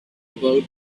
about